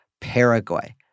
Paraguay